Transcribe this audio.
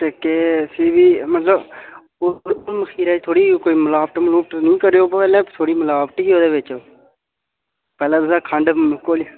ते केह् इस सी बी मतलब मखीर गी थोह्ड़ी कोई मिलावट मिलूवट नी करेओ पैह्ले थोह्ड़ी मिलावट ही ओह्दे बिच्च पैंह्ले तुसें खंड घोह्ली